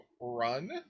run